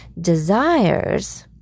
desires